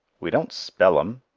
we don't spell em.